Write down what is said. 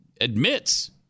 admits